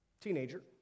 teenager